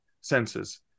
senses